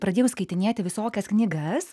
pradėjau skaitinėti visokias knygas